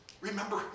Remember